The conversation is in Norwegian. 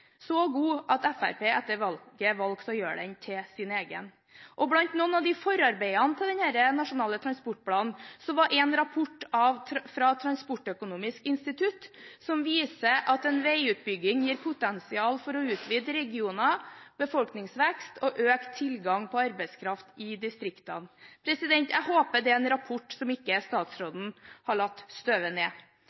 så god at Fremskrittspartiet etter valget valgte å gjøre den til sin egen. Blant noen av forarbeidene til Nasjonal transportplan var en rapport fra Transportøkonomisk institutt, som viser at veiutbygging gir potensial for å utvide regioner, for befolkningsvekst og økt tilgang på arbeidskraft i distriktene. Jeg håper det er en rapport som statsråden ikke har latt støve ned.